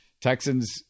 Texans